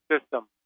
system